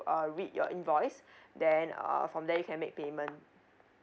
uh read your invoice then um from there you can make payment